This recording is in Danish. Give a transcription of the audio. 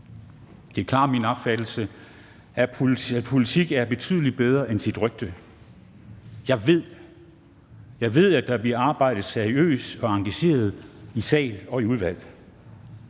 Det er klart min opfattelse, at politik er betydelig bedre end sit rygte. Jeg ved, at der bliver arbejdet seriøst og engageret i sal og i udvalg.